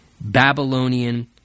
Babylonian